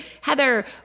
Heather